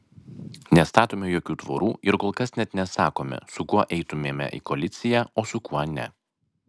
nestatome jokių tvorų ir kol kas net nesakome su kuo eitumėme į koaliciją o su kuo ne